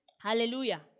Hallelujah